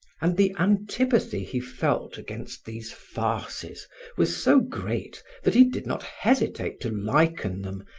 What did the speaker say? and the antipathy he felt against these farces was so great that he did not hesitate to liken them,